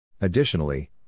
Additionally